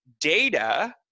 data